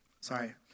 Sorry